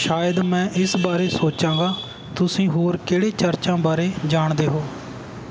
ਸ਼ਾਇਦ ਮੈਂ ਇਸ ਬਾਰੇ ਸੋਚਾਂਗਾ ਤੁਸੀਂ ਹੋਰ ਕਿਹੜੇ ਚਰਚਾਂ ਬਾਰੇ ਜਾਣਦੇ ਹੋ